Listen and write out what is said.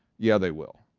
yeah they will.